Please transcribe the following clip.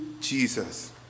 Jesus